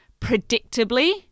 predictably